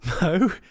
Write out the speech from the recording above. No